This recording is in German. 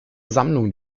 sammlung